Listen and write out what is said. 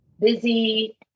busy